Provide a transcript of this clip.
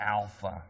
alpha